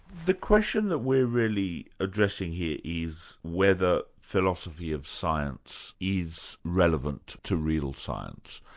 the question that we're really addressing here is whether philosophy of science is relevant to real science.